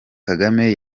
kagame